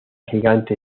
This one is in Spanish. gigante